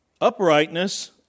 Uprightness